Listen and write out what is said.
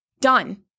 Done